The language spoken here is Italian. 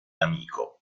amico